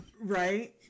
Right